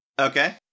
Okay